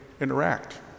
interact